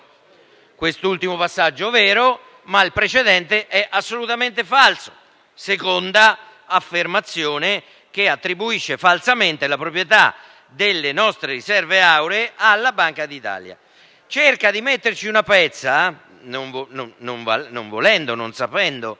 Quest'ultimo passaggio è vero, ma il precedente è assolutamente falso. Seconda affermazione che attribuisce falsamente la proprietà delle nostre riserve auree alla Banca d'Italia. Cerca di "metterci una pezza", non volendo, non sapendo,